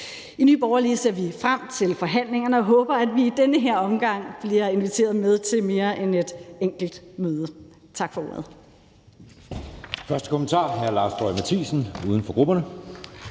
I Nye Borgerlige ser vi frem til forhandlingerne og håber, at vi i den her omgang bliver inviteret med til mere end et enkelt møde. Tak for ordet.